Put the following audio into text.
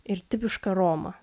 ir tipišką romą